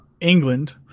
England